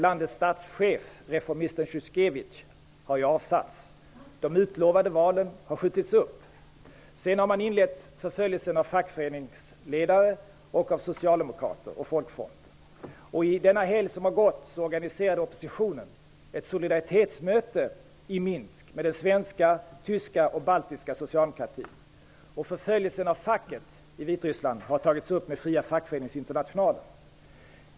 Landets statschef, reformisten Sjusjketitj, har ju avsatts. De utlovade valen har skjutits upp. Vidare har det inletts en förföljelse av fackföreningsledare, socialdemokrater och Folkfronten. Unden den senaste helgen organiserade oppositionen ett solidaritetsmöte i Minsk tillsammans med den svenska, tyska och baltiska socialdemokratin. Frågan om förföljelsen av facket i Vitryssland har tagits upp med Fria fackföreningsinternationalen.